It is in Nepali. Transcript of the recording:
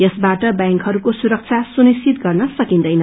यसबाट बैंकहरूको सुरक्षा सुनिश्वित गर्न सकिन्दैन